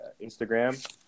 Instagram